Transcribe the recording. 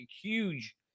huge